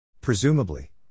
Presumably